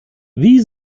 wie